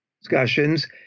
discussions